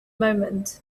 moment